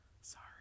Sorry